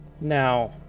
Now